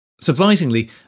Surprisingly